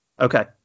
Okay